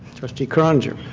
trustee croninger?